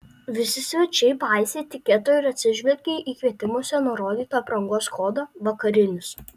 visi svečiai paisė etiketo ir atsižvelgė į kvietimuose nurodytą aprangos kodą vakarinis